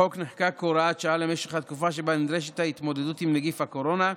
החוק נחקק כהוראת שעה למשך התקופה שבה נדרשת ההתמודדות עם נגיף הקורונה,